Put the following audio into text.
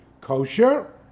kosher